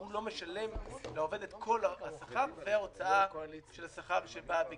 הוא לא משלם לעובד את כל השכר וההוצאה של השכר שבאה בגינו.